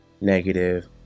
negative